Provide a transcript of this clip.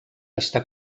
està